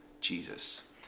Jesus